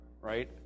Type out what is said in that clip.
Right